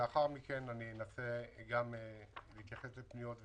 לאחר מכן אני אנסה להתייחס לפניות ולהערות.